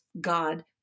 God